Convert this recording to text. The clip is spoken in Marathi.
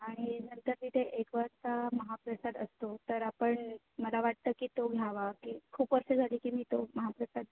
आणि नंतर तिथे एक वाजता महाप्रसाद असतो तर आपण मला वाटतं की तो घ्यावा की खूप वर्षं झाली की मी तो महाप्रसाद